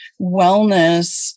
wellness